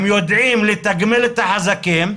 הם יודעים לתגמל את החזקים,